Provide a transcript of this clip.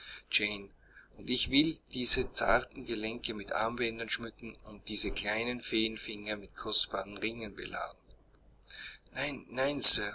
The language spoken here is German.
und ich will diese zarten gelenke mit armbändern schmücken und diese kleinen feenfinger mit kostbaren ringen beladen nein nein